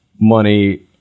money